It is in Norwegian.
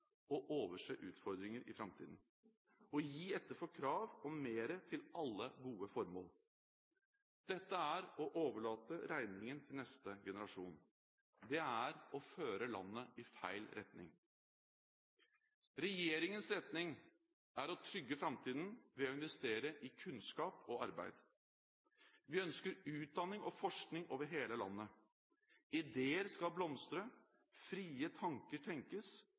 å overse utfordringer i framtiden og å gi etter for krav om mer til alle gode formål. Dette er å overlate regningen til neste generasjon. Det er å føre landet i feil retning. Regjeringens retning er å trygge framtiden ved å investere i kunnskap og arbeid. Vi ønsker utdanning og forskning over hele landet. Ideer skal blomstre, frie tanker tenkes